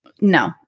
no